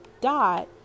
dot